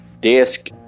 desk